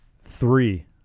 three